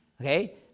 okay